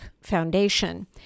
Foundation